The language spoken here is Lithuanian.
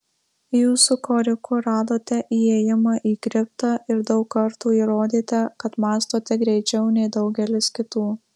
jūs su koriku radote įėjimą į kriptą ir daug kartų įrodėte kad mąstote greičiau nei daugelis kitų